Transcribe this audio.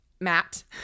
Matt